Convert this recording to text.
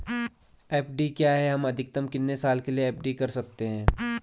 FD क्या है हम अधिकतम कितने साल के लिए एफ.डी कर सकते हैं?